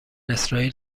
اسرائیل